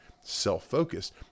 self-focused